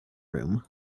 room